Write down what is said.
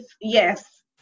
yes